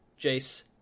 Jace